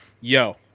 yo